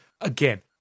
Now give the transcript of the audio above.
again